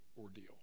ordeal